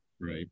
Right